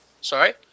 Sorry